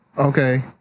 Okay